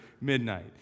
midnight